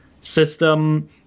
system